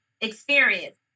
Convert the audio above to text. experience